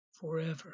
forever